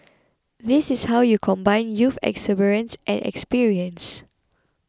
this is how you combine youth exuberance and experience